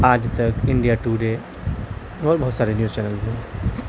آج تک India Today اور بہت سارے نیوز چینل ہیں